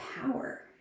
power